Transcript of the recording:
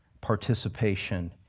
participation